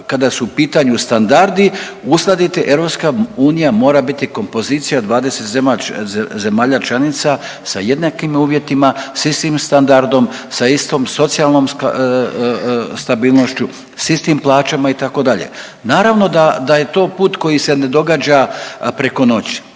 kada su u pitanju standardi uskladiti, EU mora biti kompozicija 20 zemalja članica sa jednakim uvjetima, sa istim standardom, sa istom socijalnom stabilnošću, sa istim plaćama itd. Naravno da je to put koji se ne događa preko noći